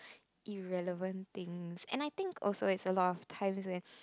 irrelevant things and I think also it's a lot of times where